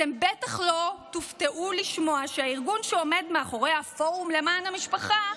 אתם בטח לא תופתעו לשמוע שהארגון שעומד מאחורי הפורום למען המשפחה,